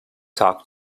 talk